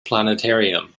planetarium